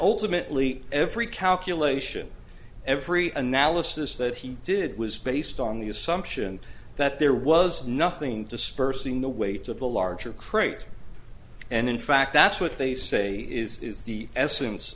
ultimately every calculation every analysis that he did was based on the assumption that there was nothing dispersing the weight of the larger crate and in fact that's what they say is the essence